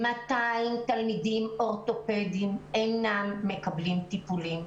200 תלמידים אורתופדיים מקבלים טיפולים,